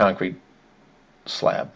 concrete slab